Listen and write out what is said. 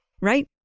right